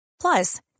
Plus